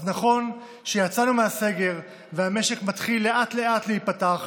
אז נכון שיצאנו מהסגר והמשק מתחיל לאט-לאט להיפתח,